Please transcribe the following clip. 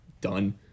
done